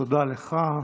תודה לך.